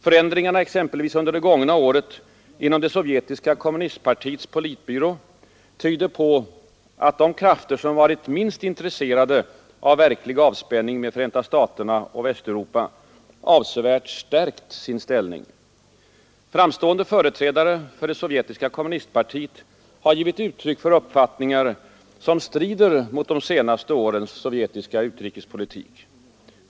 Förändringarna exempelvis under det gångna året inom det sovjetiska kommunistpartiets politbyrå tyder på att de krafter som varit minst intresserade av verklig avspänning med USA och Västeuropa avsevärt stärkt sin ställning. Framstående företrädare för det sovjetiska kommunistpartiet har givit uttryck för uppfattningar, som strider mot de senaste årens sovjetiska utrikespolitik.